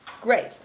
Great